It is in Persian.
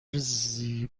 زیبا